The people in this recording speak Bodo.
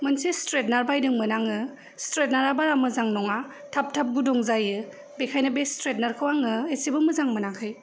मोनसे स्ट्रेइटनार बायदोंमोन आङो स्ट्रेइटनारा बारा मोजां नङा थाब थाब गुदुं जायो बेखायनो बे स्ट्रेइटनारखौ आङो एसेबो मोजां मोनाखै